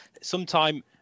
sometime